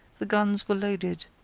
the guns were loaded,